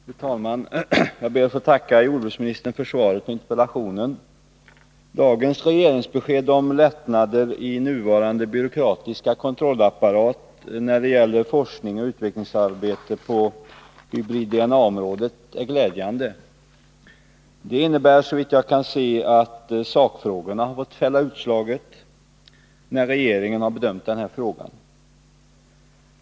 Fru talman! Jag ber att få tacka jordbruksministern för svaret på interpellationen. Dagens regeringsbesked om lättnader i nuvarande byråkratiska kontrollapparat när det gäller forskning och utvecklingsarbete på hybrid-DNA området är glädjande. Det innebär, såvitt jag kan se, att sakskälen fått fälla utslaget när regeringen har bedömt den här frågan.